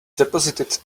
deposited